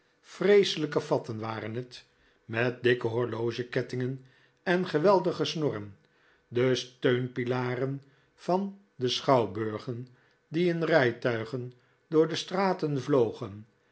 vreeselijke fatten waren het met dikke horlogekettingen en geweldige snorren de steunpilaren van de schouwburgen die in rijtuigen door de straten vlogen